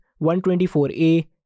124A